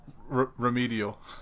remedial